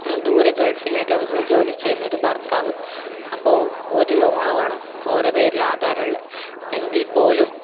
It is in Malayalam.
ദൂരെ ഗൾഫിലാട്ടെയും ജോലി ചെയ്യുന്ന ഒരു ഭർത്താവ് അപ്പോൾ ഒരു ലോൺ വേണം ഓർടെ പേരിലാണ് ആധാറുള്ളത് എങ്കിൽ പോലും